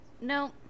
No